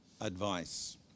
advice